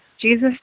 Jesus